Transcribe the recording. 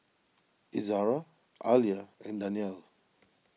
Izzara Alya and Danial